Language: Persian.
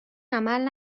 عمل